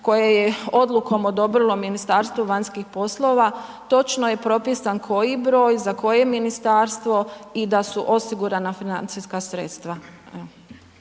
koje je odlukom odobrilo Ministarstvo vanjskih poslova, točno je propisan koji broj, za koje ministarstvo i da su osigurana financijska sredstva.